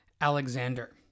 Alexander